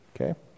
Okay